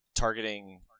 Targeting